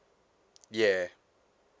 yeah